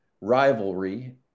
rivalry